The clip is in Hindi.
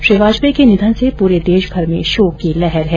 श्री वाजपेयी के निधन से पूरे देशभर में शोक की लहर है